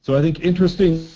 so i think interestingly,